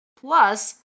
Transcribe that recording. Plus